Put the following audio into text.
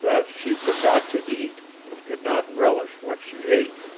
that she forgot to eat, and could not relish what she ate.